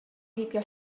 heibio